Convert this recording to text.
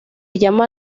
llama